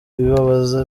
bibabaza